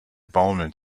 baumeln